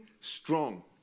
Strong